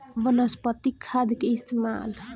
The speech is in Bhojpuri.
वनस्पतिक खाद के इस्तमाल के से खेती होता